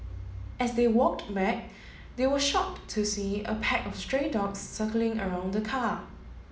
as they walked back they were shocked to see a pack of stray dogs circling around the car